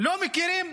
לא מכירים בו.